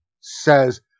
says